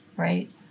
right